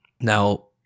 Now